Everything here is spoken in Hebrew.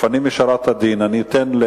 לפנים משורת הדין אני אתן,